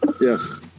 yes